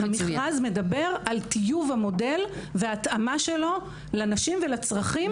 המכר מדבר על טיוב המודל והתאמה שלו לנשים ולצרכים.